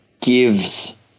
gives